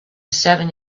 seven